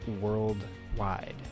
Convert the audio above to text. worldwide